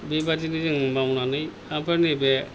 बेबादिनो जों मावनानै ओमफ्राय नैबे